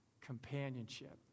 companionship